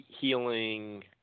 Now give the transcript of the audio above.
healing